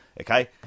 okay